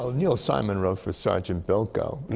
ah neil simon wrote for sergeant bilko,